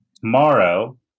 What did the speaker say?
tomorrow